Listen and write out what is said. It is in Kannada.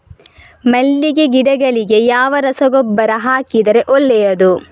ಮಲ್ಲಿಗೆ ಗಿಡಗಳಿಗೆ ಯಾವ ರಸಗೊಬ್ಬರ ಹಾಕಿದರೆ ಒಳ್ಳೆಯದು?